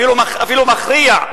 אפילו מכריע,